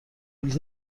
بلیط